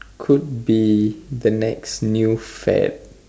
could be the next new fad